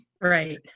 Right